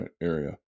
area